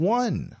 one